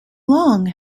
long